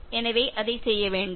எனவே அதைச் செய்ய வேண்டாம்